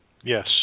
yes